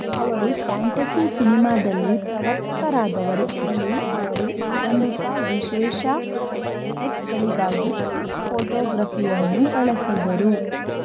ಅವರು ಪ್ಯಾಂಟಸಿ ಸಿನಿಮಾದಲ್ಲಿ ಪ್ರವರ್ತಕರಾದವರು ಅಲ್ಲಿ ಅವರು ಆರಂಭಿಕ ವಿಶೇಷ ಎಫೆಕ್ಟ್ಗಳಿಗಾಗಿ ಟ್ರಿಕ್ ಫೋಟೋಗ್ರಫಿಯನ್ನು ಬಳಸಿದರು